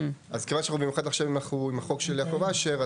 אז כיוון שאנחנו עכשיו גם עם החוק של יעקב אשר,